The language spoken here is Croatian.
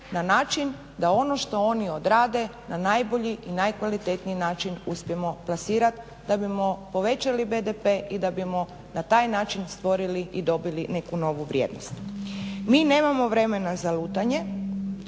na način da ono što oni odrade na najbolji i najkvalitetniji način uspijemo plasirati da bi povećali BDP i da bi na taj način stvorili i dobili neku novu vrijednost. Mi nemamo vremena za lutanje